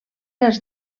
els